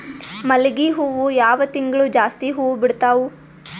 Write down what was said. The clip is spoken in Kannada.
ಮಲ್ಲಿಗಿ ಹೂವು ಯಾವ ತಿಂಗಳು ಜಾಸ್ತಿ ಹೂವು ಬಿಡ್ತಾವು?